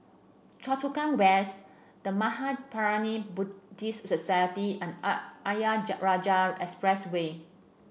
Choa Chu Kang West The Mahaprajna Buddhist Society and Ayer Jah Rajah Expressway